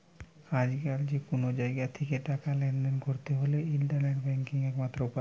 আজকাল যে কুনো জাগা থিকে টাকা লেনদেন কোরতে হলে ইন্টারনেট ব্যাংকিং একমাত্র উপায়